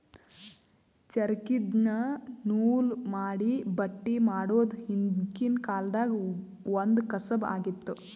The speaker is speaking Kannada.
ಚರಕ್ದಿನ್ದ ನೂಲ್ ಮಾಡಿ ಬಟ್ಟಿ ಮಾಡೋದ್ ಹಿಂದ್ಕಿನ ಕಾಲ್ದಗ್ ಒಂದ್ ಕಸಬ್ ಆಗಿತ್ತ್